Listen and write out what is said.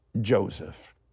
Joseph